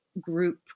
group